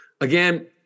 again